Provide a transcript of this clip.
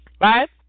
right